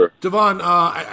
Devon